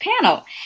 panel